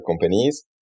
companies